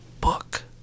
book